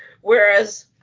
whereas